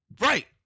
Right